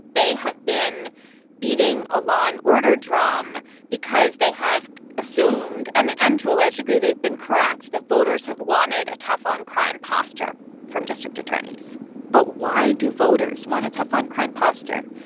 they have been beating a law-and-order drum because they have assumed and and to a large degree, they've been correct that voters have wanted a tough-on-crime posture from district attorneys but why do voters want a tough-on-crime posture?